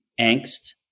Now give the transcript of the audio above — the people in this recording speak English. angst